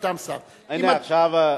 הנה עכשיו,